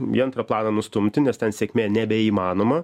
į antrą planą nustumti nes ten sėkmė nebeįmanoma